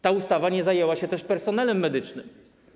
Ta ustawa nie zajęła się też personelem medycznym.